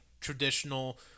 traditional